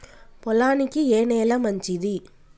పొలానికి ఏ నేల మంచిది?